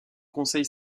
conseil